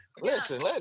Listen